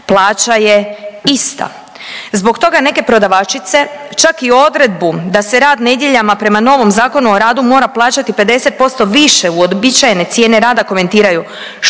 plaća je ista. Zbog toga neke prodavačice čak i odredbu da se rad nedjeljama prema novom Zakonu o radu mora plaćati 50% više u uobičajene cijene rada komentiraju, što